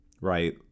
right